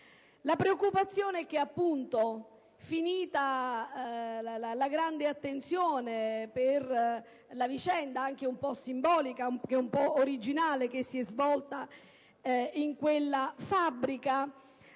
La preoccupazione è che, finita la grande attenzione per la vicenda, anche un po' simbolica e originale che si è svolta in quella fabbrica,